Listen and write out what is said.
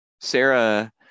Sarah